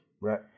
right